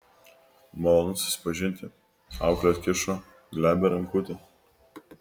malonu susipažinti auklė atkišo glebią rankutę